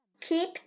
Keep